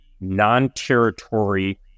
non-territory